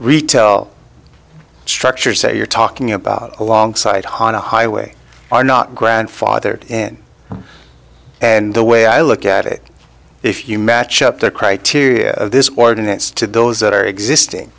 retell structure say you're talking about alongside honna highway are not grandfathered in and the way i look at it if you match up the criteria of this ordinance to those that are existing